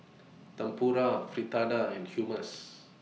Tempura Fritada and Hummus